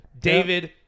David